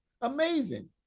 amazing